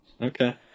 Okay